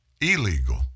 illegal